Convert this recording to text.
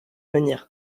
manière